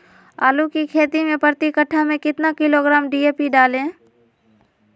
आलू की खेती मे प्रति कट्ठा में कितना किलोग्राम डी.ए.पी डाले?